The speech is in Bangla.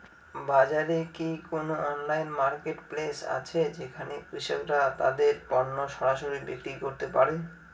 বাজারে কি কোন অনলাইন মার্কেটপ্লেস আছে যেখানে কৃষকরা তাদের পণ্য সরাসরি বিক্রি করতে পারে?